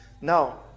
now